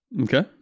okay